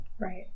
Right